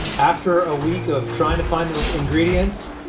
after a week of trying to find the ingredients,